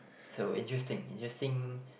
so interesting interesting